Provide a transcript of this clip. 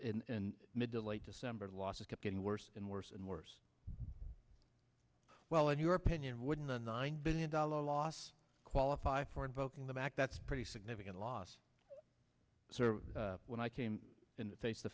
the in mid to late december losses kept getting worse and worse and worse well and your opinion wouldn't a nine billion dollar loss qualify for invoking the back that's pretty significant loss when i came in the face the